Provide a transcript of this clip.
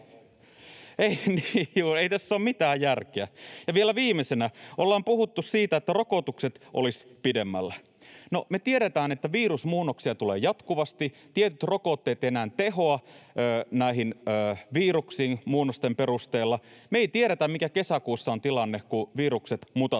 ei tässä ole mitään järkeä. Ja vielä viimeisenä: on puhuttu siitä, että rokotukset olisivat pidemmällä. No, me tiedetään, että virusmuunnoksia tulee jatkuvasti, tietyt rokotteet eivät enää tehoa näihin viruksiin muunnosten jälkeen. Me ei tiedetä, mikä kesäkuussa on tilanne, kun virukset mutatoituvat